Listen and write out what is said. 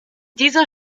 dieser